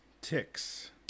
Ticks